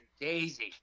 Daisy